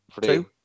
two